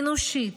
אנושית,